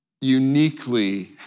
uniquely